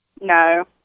No